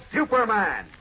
Superman